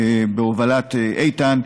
בהובלת איתן,